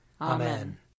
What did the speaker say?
Amen